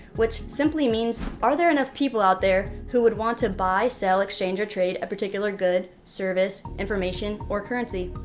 which simply means are there enough people out there who would want to buy, sell, exchange, or trade a particular good, service, information, or currency?